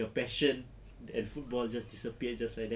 your passion that football just disappear just like that